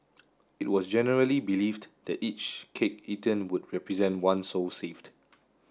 it was generally believed that each cake eaten would represent one soul saved